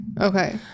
Okay